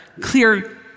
clear